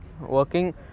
working